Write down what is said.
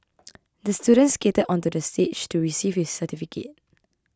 the student skated onto the stage to receive his certificate